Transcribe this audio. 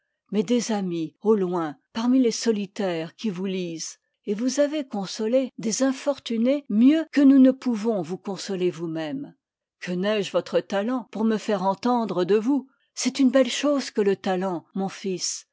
mais des amis au loin parmi les solitaires qui vous lisent et vous avez consolé des infortunés mieux que nous ne pouvons vous eonsoter vous-même que n'ai-je votre talent pour me faire entendre de vous c'est une belle chose que le talent mon fils